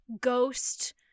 ghost